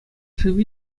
шыв